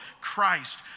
Christ